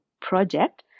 project